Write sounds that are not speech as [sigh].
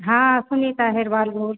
हाँ आपको मिलता है [unintelligible]